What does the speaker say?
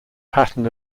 pattern